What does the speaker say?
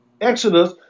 Exodus